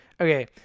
okay